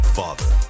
father